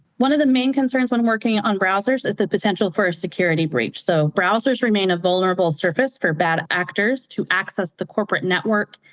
one of the main concerns when working on browsers is the potential for a security breach. so browsers remain a vulnerable surface for bad actors to access the corporate network,